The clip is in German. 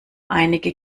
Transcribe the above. einige